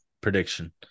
prediction